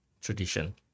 tradition